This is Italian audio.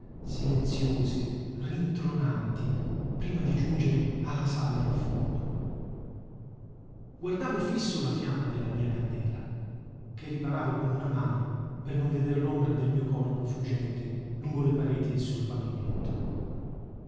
fila silenziose rintronanti prima di giungere alla sala in fondo guardavo fiso la fiamma della mia candela che riparavo con una mano per non veder l'ombra del mio corpo fuggente lungo le pareti e sul pavimento